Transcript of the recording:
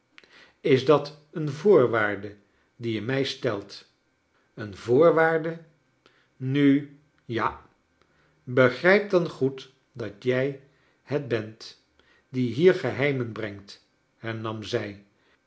is dat een voorwaarde die je mil stelu een voorwaarde nu ja begrijp dan goed dat jij het bent die hier geheimen brengt hernam zij